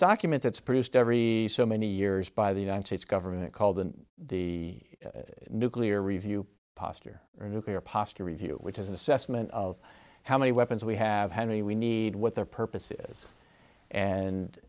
document that's produced every so many years by the united states government called in the nuclear review posture their nuclear posture review which is an assessment of how many weapons we have henry we need what their purpose is and